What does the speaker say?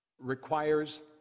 requires